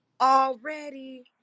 Already